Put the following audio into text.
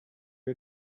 you